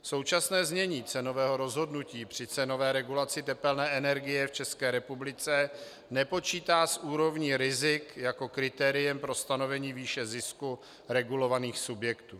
Současné znění cenového rozhodnutí při cenové regulaci tepelné energie v České republice nepočítá s úrovní rizik jako kritériem pro stanovení výše zisku regulovaných subjektů.